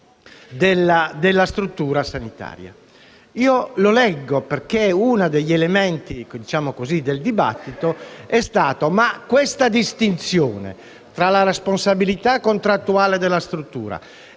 della struttura sanitaria. Uno degli elementi del dibattito è stato proprio la distinzione fra la responsabilità contrattuale della struttura e